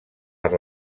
per